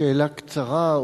שאלה קצרה,